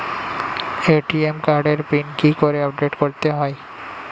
ATM কার্ডের pin কি করে আপডেট করতে হয়?